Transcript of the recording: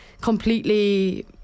completely